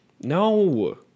No